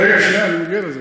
רגע, שנייה, אני מגיע לזה.